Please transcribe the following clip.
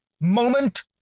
moment